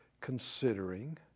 considering